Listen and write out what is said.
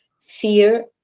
fear